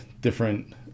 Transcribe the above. different